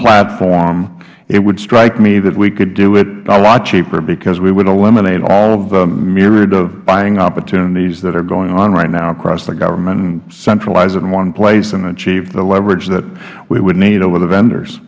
platform it would strike me that we could do it a lot cheaper because we would eliminate all of the myriad of buying opportunities that are going on right now across the government and centralize it in one place and achieve the leverage that we would need over the vendors